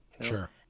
sure